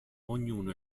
ognuno